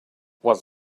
was